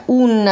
un